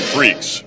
Freaks